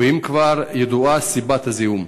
2. האם כבר ידועה סיבת הזיהום?